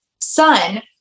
son